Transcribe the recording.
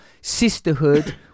sisterhood